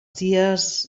dies